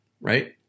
Right